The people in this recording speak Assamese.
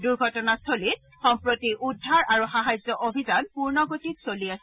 দুৰ্ঘটনাস্থলীত সম্প্ৰতি উদ্ধাৰ আৰু সাহায্য অভিযান পূৰ্ণ গতিত চলি আছে